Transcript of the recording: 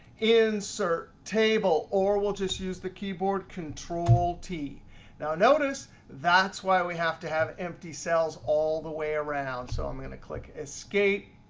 insert table, or we'll just use the keyboard control-t. now notice, that's why we have to have empty cells all the way around. so i'm going to click escape,